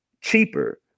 cheaper